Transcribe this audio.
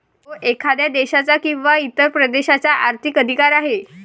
तो एखाद्या देशाचा किंवा इतर प्रदेशाचा आर्थिक अधिकार आहे